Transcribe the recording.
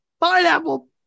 Pineapple